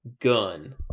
gun